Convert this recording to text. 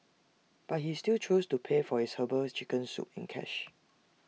but he still chose to pay for his Herbal Chicken Soup in cash